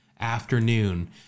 afternoon